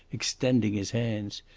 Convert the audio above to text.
extending his hands.